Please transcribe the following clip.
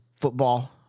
football